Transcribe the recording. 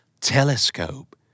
Telescope